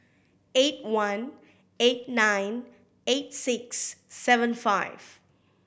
eight one eight nine eight six seven five